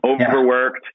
overworked